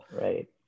Right